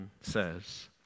says